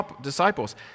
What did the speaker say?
disciples